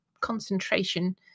concentration